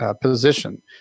position